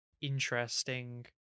interesting